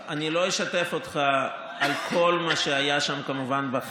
בכל מה שהיה שם בחדר, כמובן.